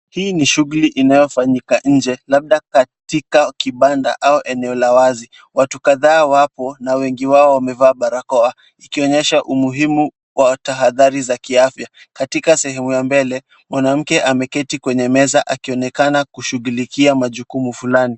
Hii ni shughuli inayofanyika nje, labda katika kibanda au eneo la wazi. Watu kadhaa wapo na wengi wao wamevaa barakoa, ikionyesha umuhimu wa tahadhari za kiafya. Katika sehemu ya mbele, mwanamke ameketi kwenye meza akionekana kushughulikia majukumu fulani.